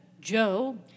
Joe